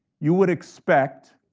you would expect